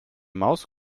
maus